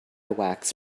wax